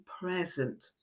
present